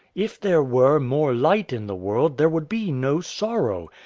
if there were more light in the world there would be no sorrow.